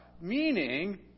Meaning